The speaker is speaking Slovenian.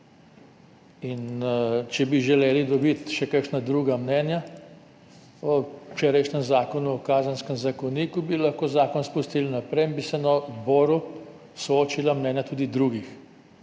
Če bi želeli dobiti še kakšna druga mnenja o včerajšnjem zakonu o kazenskem zakoniku, bi lahko zakon spustili naprej in bi se na odboru soočila mnenja tudi drugih,